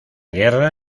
guerra